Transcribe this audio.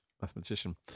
mathematician